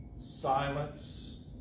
Silence